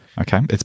Okay